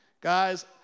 Guys